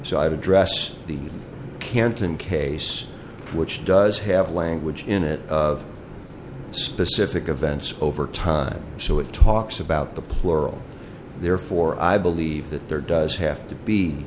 i address the canton case which does have language in it of specific events over time so it talks about the plural therefore i believe that there does have to be